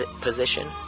position